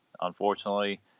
Unfortunately